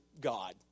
God